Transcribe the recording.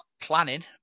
planning